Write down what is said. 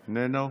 איננו.